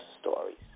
stories